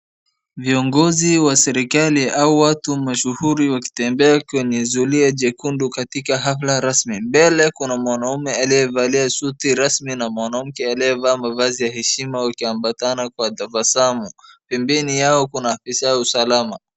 Viongozi wa serikali au watu mashuhuri wakitembea kwenye zulia jekundu katika hafla rasmi. Mbele kuna mwanaume aliyevalia suti rasmi na mwanamke aliyevaa mavazi ya heshima wakiambatana kwa tabasamu. Pembeni yao kuna afisa wa usalama.